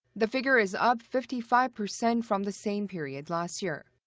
the figure is up fifty five percent from the same period last year.